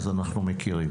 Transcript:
אז אנחנו מכירים.